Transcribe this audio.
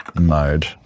Mode